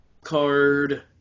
card